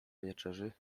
wieczerzy